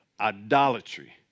idolatry